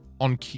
on